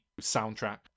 soundtrack